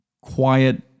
quiet